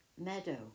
Meadow